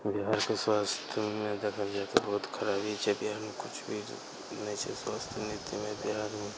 बिहारके स्वास्थ्यमे देखल जाइ तऽ बहुत खराबी छै बिहारमे किछु भी नहि छै स्वास्थय नीतिमे बिहारमे